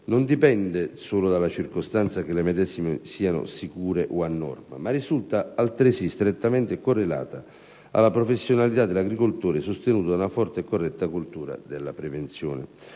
non dipende solo dalla circostanza che le medesime siano «sicure» o «a norma», ma risulta altresì strettamente correlata alla professionalità dell'agricoltore sostenuta da una forte e corretta cultura della prevenzione.